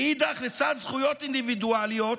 מנגד, לצד זכויות אינדיבידואליות